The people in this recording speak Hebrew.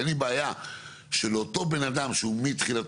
אי לי בעיה שלאותו בן אדם שהוא מתחילתו